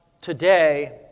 today